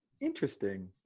interesting